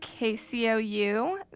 KCOU